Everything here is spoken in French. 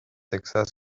texas